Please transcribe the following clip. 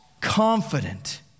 confident